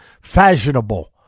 fashionable